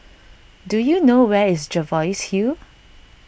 do you know where is Jervois Hill